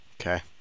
Okay